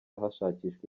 hashakishwa